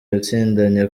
yatsindanye